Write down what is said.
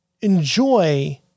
enjoy